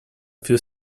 few